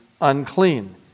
unclean